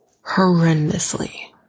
horrendously